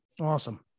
Awesome